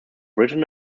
written